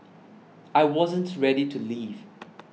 I wasn't ready to leave